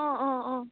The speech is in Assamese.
অঁ অঁ অঁ